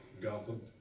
Gotham